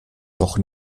doch